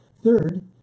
Third